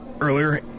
earlier